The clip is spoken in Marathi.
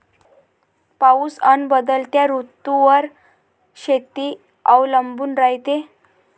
पाऊस अन बदलत्या ऋतूवर शेती अवलंबून रायते